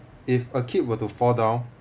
if a kid were to fall down